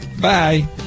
Bye